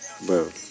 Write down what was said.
bro